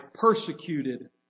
persecuted